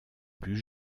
plus